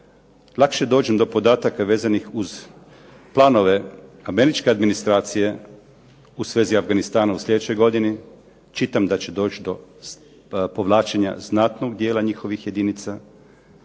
lakše dođem do podataka vezanih uz planove američke administracije u svezi Afganistana u sljedećoj godini, čitam da će doći do povlačenja znatnog dijela njihovih jedinica,